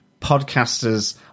podcasters